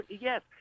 Yes